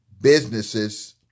businesses